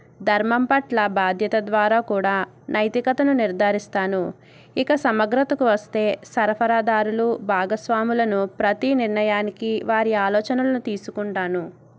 ధర్మం పట్ల బాధ్యత ద్వారా కూడా నైతికతను నిర్ధారిస్తాను ఇక సమగ్రతకు వస్తే సరఫరాదారులు భాగస్వాములను ప్రతీ నిర్ణయానికి వారి ఆలోచనలను తీసుకుంటాను